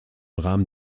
rahmen